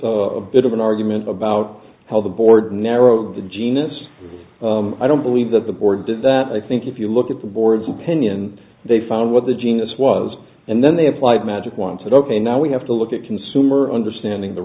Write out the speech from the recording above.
a bit of an argument about how the board narrowed the genus i don't believe that the board did that i think if you look at the board's opinion they found what the genus was and then they applied magic wand said ok now we have to look at consumer understanding the